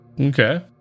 Okay